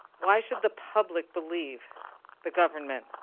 why should the public believe the government?